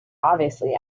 obviously